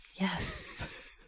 Yes